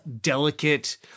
delicate